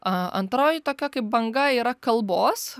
a antroji tokia kaip banga yra kalbos